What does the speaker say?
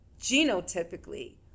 genotypically